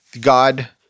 God